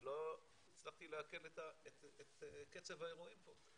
לא הצלחתי לעכל את קצב האירועים פה.